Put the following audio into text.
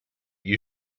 you